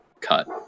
cut